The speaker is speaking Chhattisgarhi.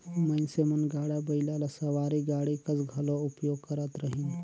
मइनसे मन गाड़ा बइला ल सवारी गाड़ी कस घलो उपयोग करत रहिन